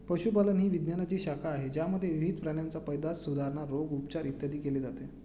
पशुपालन ही विज्ञानाची शाखा आहे ज्यामध्ये विविध प्राण्यांची पैदास, सुधारणा, रोग, उपचार, इत्यादी केले जाते